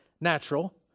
natural